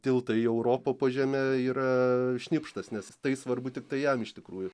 tiltą į europą po žeme yra šnipštas nes tai svarbu tiktai jam iš tikrųjų